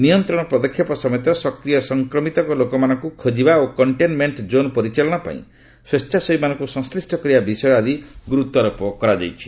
ନିୟନ୍ତ୍ରଣ ପଦକ୍ଷେପ ସମେତ ସକ୍ରିୟ ସଂକ୍ରମିତ ଲୋକମାନଙ୍କ ଖୋକିବା ଓ କଣ୍ଟେନମେଣ୍ଟ କ୍ଷୋନ ପରିଚାଳନା ପାଇଁ ସ୍ୱେଚ୍ଛାସେବୀମାନଙ୍କୁ ସଂଶ୍ଳିଷ୍ଟ କରିବା ବିଷୟ ଆଦି ଗୁରୁତ୍ୱାରୋପ କରାଯାଇଛି